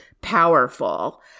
powerful